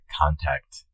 contact